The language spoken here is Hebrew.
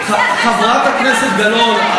חברת הכנסת גלאון,